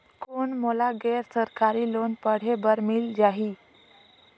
कौन मोला गैर सरकारी लोन पढ़े बर मिल जाहि?